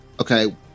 Okay